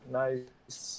nice